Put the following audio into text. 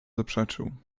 zaprzeczył